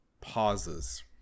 Pauses